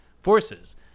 forces